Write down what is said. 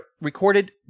recorded